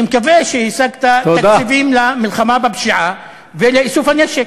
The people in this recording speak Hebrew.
אני מקווה שהשגת תקציבים למלחמה בפשיעה ולאיסוף הנשק,